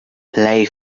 play